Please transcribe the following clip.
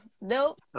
Nope